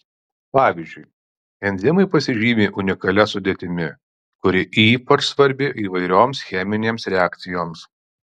pavyzdžiui enzimai pasižymi unikalia sudėtimi kuri ypač svarbi įvairioms cheminėms reakcijoms